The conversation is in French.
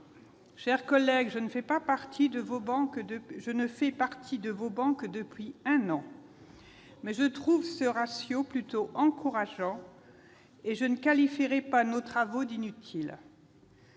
Chers collègues, je ne siège parmi vous que depuis un an, mais je trouve ce ratio plutôt encourageant, et je ne qualifierai pas nos travaux d'« inutiles